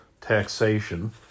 taxation